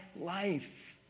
life